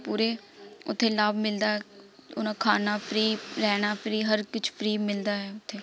ਪੂਰੇ ਉੱਥੇ ਲਾਭ ਮਿਲਦਾ ਉਹਨੂੰ ਖਾਣਾ ਫਰੀ ਰਹਿਣਾ ਫਰੀ ਹਰ ਕੁਝ ਫਰੀ ਮਿਲਦਾ ਹੈ ਉੱਥੇ